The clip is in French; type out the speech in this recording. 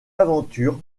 aventures